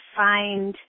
find